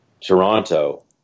Toronto